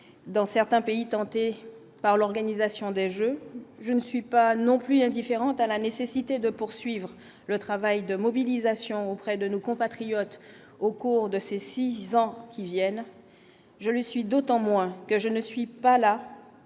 dans certains pays tentés par l'organisation des Jeux, je ne suis pas non plus indifférente à la nécessité de poursuivre le travail de mobilisation auprès de nos compatriotes au cours de ces 6 ans qui viennent, je le suis d'autant moins que je ne suis pas là